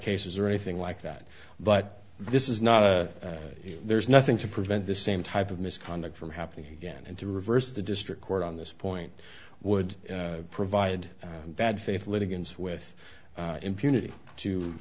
cases or anything like that but this is not there's nothing to prevent the same type of misconduct from happening again and to reverse the district court on this point would provide bad faith litigants with impunity to